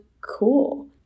cool